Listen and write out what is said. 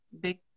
big